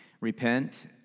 repent